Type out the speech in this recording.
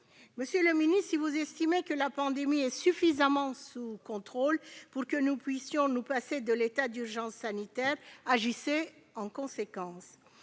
Monsieur le ministre, si vous estimez que la pandémie est suffisamment sous contrôle pour que nous puissions nous passer de l'état d'urgence sanitaire, agissez en conséquence